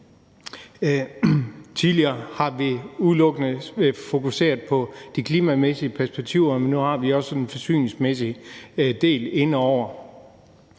Tidligere har vi udelukkende fokuseret på de klimamæssige perspektiver, men nu har vi også en forsyningsmæssig del inde over.